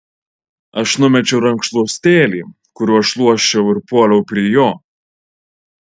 aš numečiau rankšluostėlį kuriuo šluosčiau ir puoliau prie jo